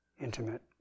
intimate